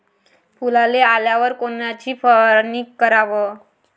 फुलाले आल्यावर कोनची फवारनी कराव?